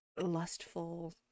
lustful